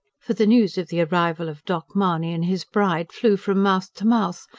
for the news of the arrival of doc. mahony and his bride flew from mouth to mouth,